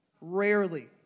rarely